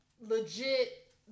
legit